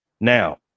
Now